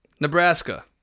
Nebraska